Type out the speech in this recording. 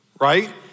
right